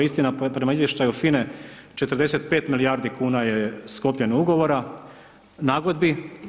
Istina, prema izvještaju FINA-e 45 milijardi kn je sklopljen ugovora nagodbi.